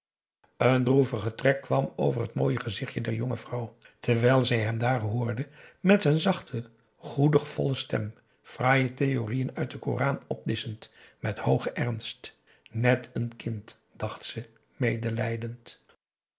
een droevige trek kwam over het mooie gezichtje der jonge vrouw terwijl zij hem daar hoorde met z'n zachte goedigvolle stem fraaie theorieën uit den koran opdisschend met hoogen ernst net n kind dacht ze medelijdend